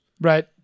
Right